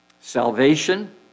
salvation